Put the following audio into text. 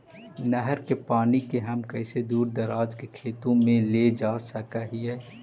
नहर के पानी के हम कैसे दुर दराज के खेतों में ले जा सक हिय?